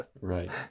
right